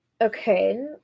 Okay